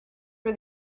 for